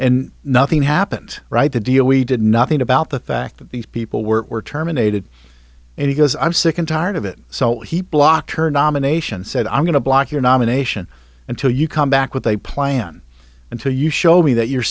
and nothing happened right the deal we did nothing about the fact that these people were terminated because i'm sick and tired of it so he blocked her nomination said i'm going to block your nomination until you come back with a plan until you show me that you're